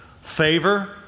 favor